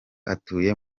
atuye